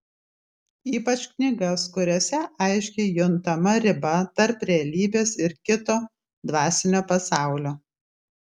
ypač knygas kuriose aiškiai juntama riba tarp realybės ir kito dvasinio pasaulio